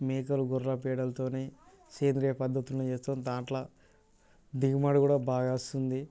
మేకలు గొర్రె పేడలతోనే సేంద్రియ పద్ధతిలోనే చేస్తాము దాంట్లో దిగుమతి కూడా బాగా వస్తుంది